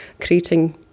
creating